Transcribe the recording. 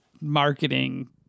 marketing